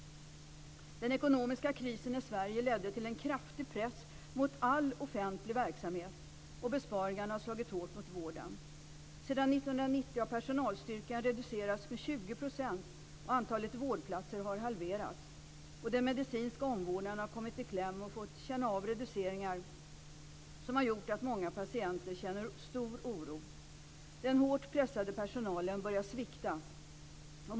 Den ekonomiska krisen i Sverige ledde till en kraftig press mot all offentlig verksamhet, och besparingarna har slagit hårt mot vården. Sedan 1990 har personalstyrkan reducerats med 20 %, och antalet vårdplatser har halverats. Den medicinska omvårdnaden har kommit i kläm och fått känna av reduceringar som har gjort att många patienter känner stor oro. Den hårt pressade personalen börjar svikta.